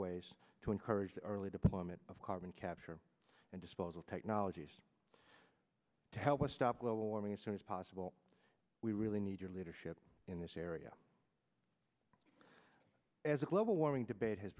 ways to encourage early deployment of carbon capture and disposal technologies to help us stop global warming as soon as possible we really need your leadership in this area as a global warming debate has